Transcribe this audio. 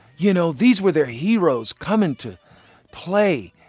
you know, these were their heroes coming to play.